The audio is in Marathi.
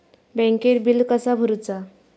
बँकेत बिल कसा भरुचा?